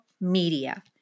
media